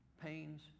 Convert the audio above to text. pains